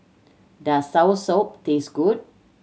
does soursop taste good